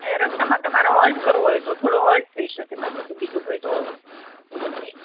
રસ્તામાં તમારે હોલ્ટ કરવો હોય તો થોડો હોલ્ટ થઈ શકે બાકી તો બીજું કોઈ તો એવું છે નહીં